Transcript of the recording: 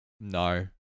no